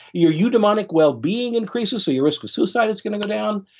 your eudemonic wellbeing increases so your risk of suicide is going to go down.